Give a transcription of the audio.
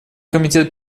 комитет